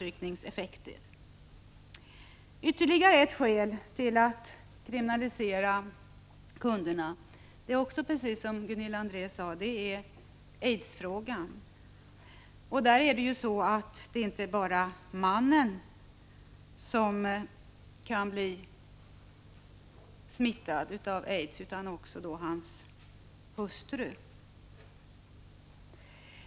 Ytterligare ett skäl till att kriminalisera kunderna är, precis som Gunilla André sade, aidsfrågan. Det är ju inte bara mannen som kan bli smittad av aids utan också hans hustru.